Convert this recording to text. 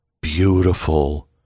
beautiful